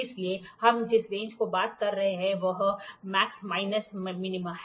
इसलिए हम जिस रेंज की बात कर रहे हैं वह मैक्स माइनस मिन है